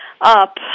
up